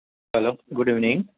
hello good evening